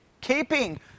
keeping